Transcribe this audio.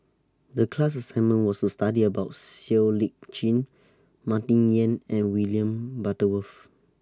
The class assignment was to study about Siow Lee Chin Martin Yan and William Butterworth